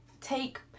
take